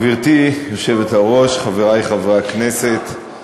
גברתי היושבת-ראש, חברי חברי הכנסת,